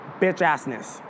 bitch-assness